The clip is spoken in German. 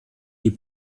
die